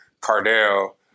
Cardell